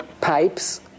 pipes